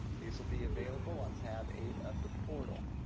these will be available on tab eight of the portal.